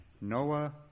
Noah